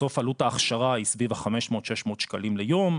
בסוף עלות ההכשרה היא סביב ה-500 600 שקלים ליום,